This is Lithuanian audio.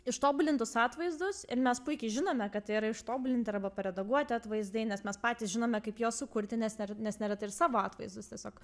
ištobulintus atvaizdus ir mes puikiai žinome kad tai yra ištobulinti arba paredaguoti atvaizdai nes mes patys žinome kaip juos sukurti nes nere nes neretai ir savo atvaizdus tiesiog